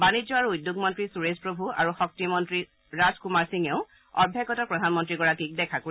বাণিজ্য আৰু আৰু উদ্যোগ মন্ত্ৰী সুৰেশ প্ৰভূ আৰু শক্তিমন্ত্ৰী ৰাজকুমাৰ সিঙেও অভ্যাগত প্ৰধানমন্ত্ৰীগৰাকীক দেখা কৰিব